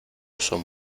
son